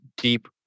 deep